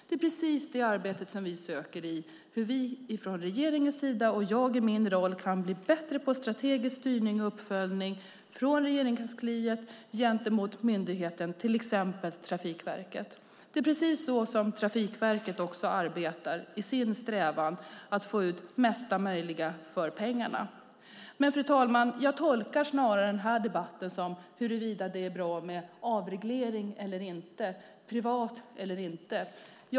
Det är precis därför som vi från regeringens sida och jag i min roll strävar efter att bli bättre på strategisk styrning och uppföljning från Regeringskansliet gentemot myndigheten, till exempel Trafikverket. Det är precis så som också Trafikverket arbetar i sin strävan att få ut mesta möjliga för pengarna. Fru talman! Jag tolkar den här debatten mest som en diskussion om huruvida det är bra med avreglering eller inte och om det ska vara i privat regi eller inte.